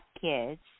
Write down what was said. kids